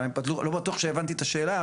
אבל אני לא בטוחה שהבנתי את השאלה.